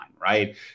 right